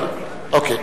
אין הסתייגויות.